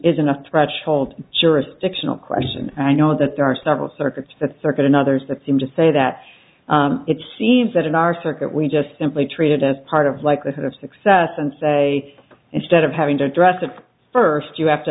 a threshold jurisdictional question i know that there are several circuits that circuit and others that seem to say that it seems that in our circuit we just simply treated as part of likelihood of success and say instead of having to address it first you have to